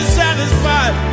satisfied